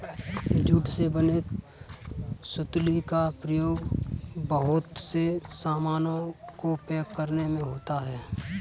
jute से बने सुतली का प्रयोग बहुत से सामानों को पैक करने में होता है